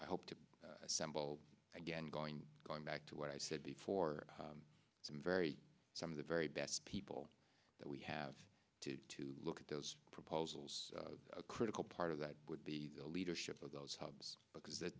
i hope to assemble again going back to what i said before some very some of the very best people that we have to look at those proposals a critical part of that would be the leadership of those hubs because th